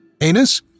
Anus